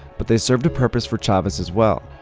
but they served a purpose for chavez as well.